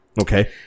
Okay